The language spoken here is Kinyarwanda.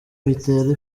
bitera